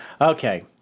Okay